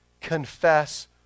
confess